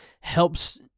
helps